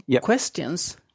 questions